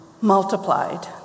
multiplied